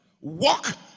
walk